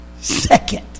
second